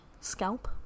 scalp